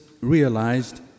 realized